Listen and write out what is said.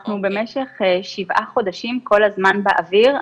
אנחנו במשך שבעה חודשים כל הזמן האוויר,